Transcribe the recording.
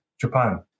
Japan